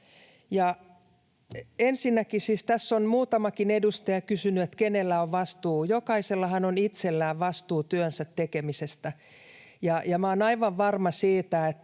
Tässä on muutamakin edustaja kysynyt, että kenellä on vastuu. Jokaisellahan on itsellään vastuu työnsä tekemisestä, ja minä olen aivan varma siitä,